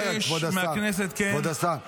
לפיכך, אני מבקש מהכנסת --- כבוד השר, כבוד השר.